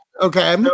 Okay